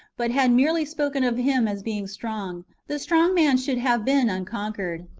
but had merely spoken of him as being strong, the strong man should have been unconquered.